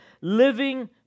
living